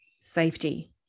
safety